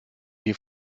die